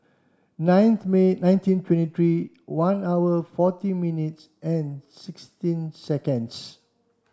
ninth May nineteen twenty three one hour forty minutes and sixteen seconds